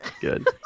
Good